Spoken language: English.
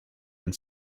and